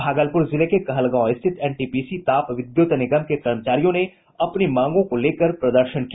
भागलपुर जिले के कहलगांव स्थित एनटीपीसी ताप विद्युत निगम के कर्मचारियों ने अपनी मांगों को लेकर प्रदर्शन किया